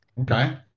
Okay